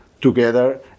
together